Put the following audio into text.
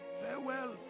Farewell